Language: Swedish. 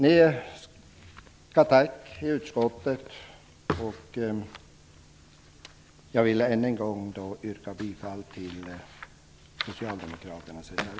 Ni skall ha tack i utskottet. Jag vill än en gång yrka bifall till socialdemokraternas reservation.